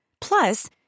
Plus